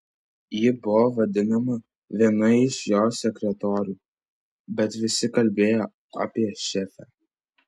ji buvo vadinama viena iš jo sekretorių bet visi kalbėjo apie šefę